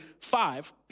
five